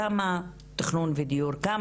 כמה תכנון ודיור.